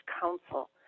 Council